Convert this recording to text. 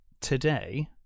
Today